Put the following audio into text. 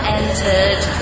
entered